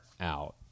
out